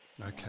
okay